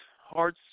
Hard